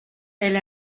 elle